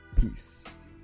Peace